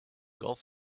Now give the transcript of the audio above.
golf